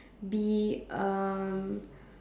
be um